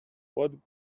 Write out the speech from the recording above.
what